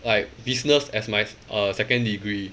like business as my uh second degree